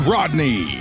Rodney